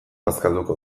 bazkalduko